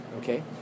Okay